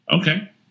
Okay